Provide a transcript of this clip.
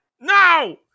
no